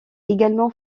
également